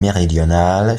méridionale